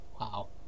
Wow